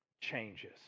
changes